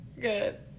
good